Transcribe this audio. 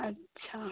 अच्छा